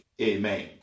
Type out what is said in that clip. Amen